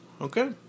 Okay